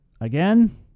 again